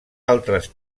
altres